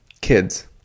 kids